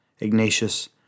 Ignatius